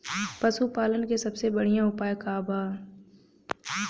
पशु पालन के सबसे बढ़ियां उपाय का बा?